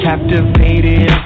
Captivated